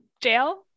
jail